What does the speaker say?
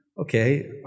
okay